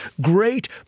great